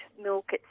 milk